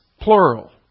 Plural